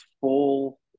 full